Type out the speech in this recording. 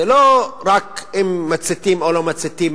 זה לא רק אם מציתים או לא מציתים,